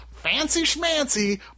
Fancy-schmancy